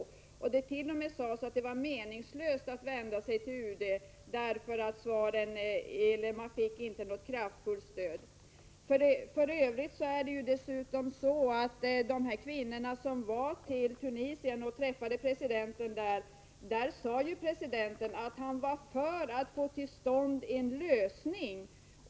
Man sade t.o.m. att det var meningslöst att vända sig till UD, eftersom man inte fick något kraftfullt stöd. När de här kvinnorna åkte till Tunisien och träffade presidenten så sade denne att han var för att få till stånd en lösning.